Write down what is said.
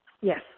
Yes